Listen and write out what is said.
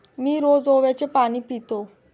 मी रोज ओव्याचे पाणी पितो